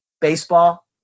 baseball